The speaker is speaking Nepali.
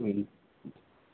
हुन्छ